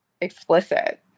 explicit